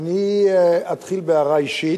אני אתחיל בהערה אישית,